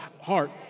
heart